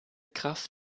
kraft